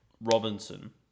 Robinson